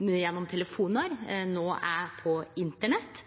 gjennom telefonar, no er på internett,